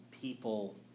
people